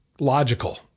logical